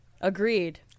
Agreed